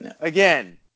Again